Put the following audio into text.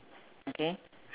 okay